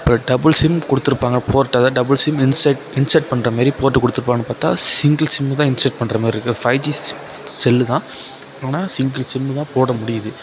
இப்போ double SIM கொடுத்துப்பாங்க port அது டபுள் சிம் இன்சர்ட் இன்சர்ட் பண்ணுறமாரி போட்டு கொடுத்துப்பாங்கனு பார்த்தா சிங்கிள் சிம்மு தான் இன்சர்ட் பண்ணுறமாரி இருக்கு பைய்ஜி செல்லு தான் ஆனால் சிங்கிள் சிம்முதான் போட முடியுது